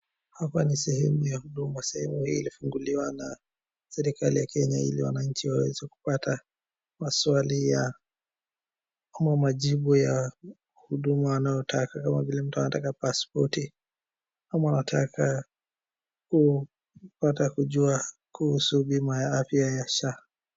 Hapa ni sehemu ya Huduma, sehemu hii ilifunguliwa na serikali ya Kenya ili wananchi waweze kupata maswali ya ama majibu ya huduma wanayotaka ama vile mtu anataka paspoti ama unataka kupata kujua kuhusu bima ya afya ya SHA.